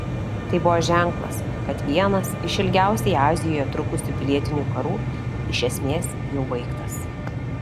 tai buvo ženklas kad vienas iš ilgiausiai azijoje trukusių pilietinių karų iš esmės jau baigtas